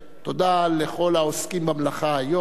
תודה לכל העוסקים במלאכה היום.